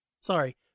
sorry